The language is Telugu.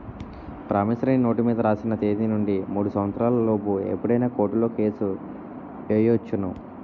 ప్రామిసరీ నోటు మీద రాసిన తేదీ నుండి మూడు సంవత్సరాల లోపు ఎప్పుడైనా కోర్టులో కేసు ఎయ్యొచ్చును